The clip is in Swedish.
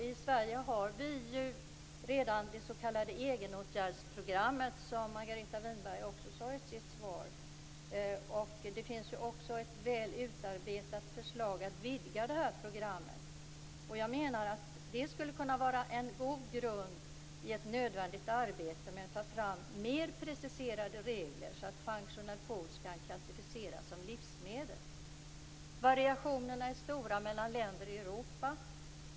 I Sverige har vi redan det s.k. egenåtgärdsprogrammet, som Margareta Winberg nämnde i sitt svar. Det finns också ett väl utarbetat förslag att vidga programmet. Det skulle kunna vara en god grund för ett nödvändigt arbete med att ta fram mer preciserade regler så att functional foods kan klassificeras som livsmedel. Variationerna mellan länderna i Europa är stora.